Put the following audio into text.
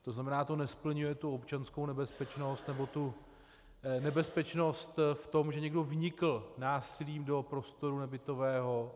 To znamená, to nesplňuje tu občanskou nebezpečnost, nebo tu nebezpečnost v tom, že někdo vnikl násilím do prostoru nebytového.